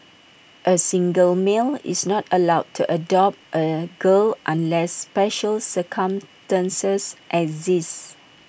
A single male is not allowed to adopt A girl unless special circumstances at this